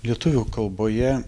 lietuvių kalboje